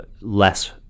less